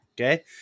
Okay